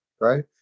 right